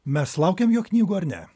mes laukiam jo knygų ar ne